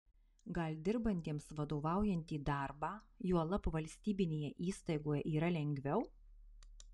gal dirbantiems vadovaujantį darbą juolab valstybinėje įstaigoje yra lengviau